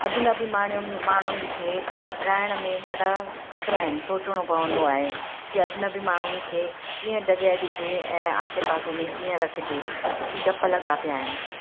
अजनबी माण्हू माण्हुनि खे रहण में ॾाढा ख़तरा आहिनि सोचणो पवंदो आहे कि अजनबी माण्हुनि खे कीअं जॻहि ॾिजे ऐं आसे पासे में कीअं रखिजे छो कि ॾपु लॻा पिया आहिनि